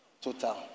total